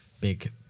big